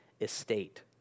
estate